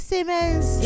Simmons